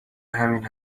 همین